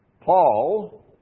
Paul